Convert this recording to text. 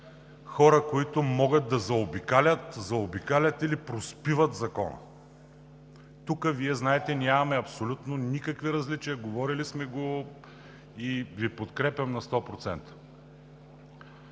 хора, които могат да заобикалят или проспиват закона. Знаете, че тук нямаме абсолютно никакви различия, говорили сме и Ви подкрепям на сто